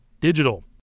digital